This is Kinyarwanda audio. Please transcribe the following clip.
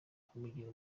kumugira